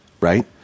right